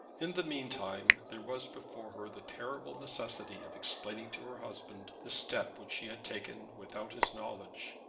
in the meantime there was before her the terrible necessity of explaining to her husband the step which she had taken without his knowledge,